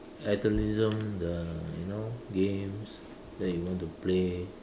athleticism the you know games then you want to play